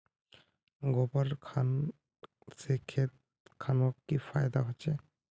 गोबर खान से खेत खानोक की फायदा होछै?